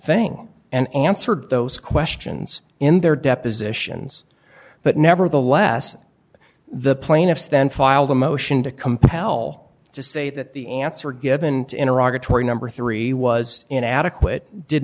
thing and answered those questions in their depositions but nevertheless the plaintiffs then filed a motion to compel to say that the answer given to iraq atory number three was inadequate did